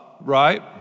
right